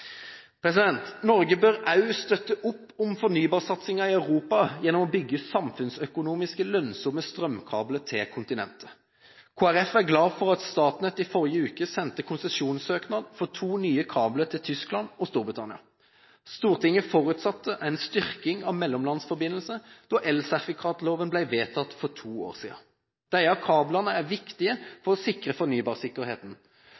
Norge bør også støtte opp om fornybarsatsingen i Europa gjennom å bygge samfunnsøkonomisk lønnsomme strømkabler til kontinentet. Kristelig Folkeparti er glad for at Statnett i forrige uke sendte konsesjonssøknad for to nye kabler til Tyskland og Storbritannia. Stortinget forutsatte en styrking av mellomlandsforbindelser da elsertifikatloven ble vedtatt for to år siden. Disse kablene er viktige